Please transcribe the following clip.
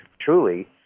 truly